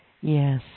Yes